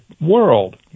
world